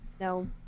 No